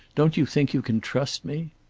don't you think you can trust me?